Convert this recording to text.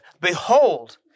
Behold